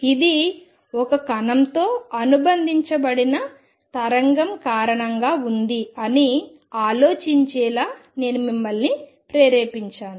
ఇది ఒక కణంతో అనుబంధించబడిన తరంగం కారణంగా ఉంది అని ఆలోచించేలా నేను మిమ్మల్ని ప్రేరేపించాను